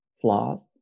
flaws